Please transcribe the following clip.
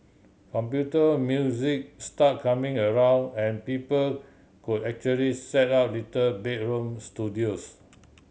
computer music started coming around and people could actually set up little bedroom studios